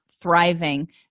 thriving